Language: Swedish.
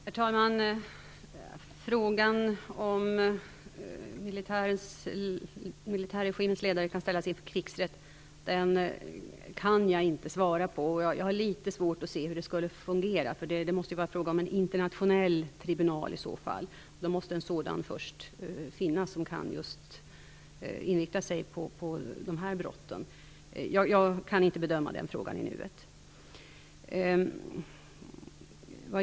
Herr talman! Frågan om ifall militärregimens ledare kan ställas inför krigsrätt kan jag inte svara på. Jag har litet svårt att se hur det skall fungera. Det måste ju i så fall vara fråga om en internationell tribunal, och då måste ju en sådan som kan inrikta sig på just dessa brott först inrättas. Jag kan inte bedöma den frågan nu.